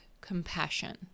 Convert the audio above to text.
compassion